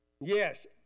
Yes